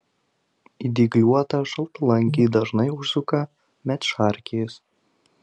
į dygliuotą šaltalankį dažnai užsuka medšarkės